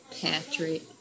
Patrick